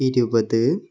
ഇരുപത്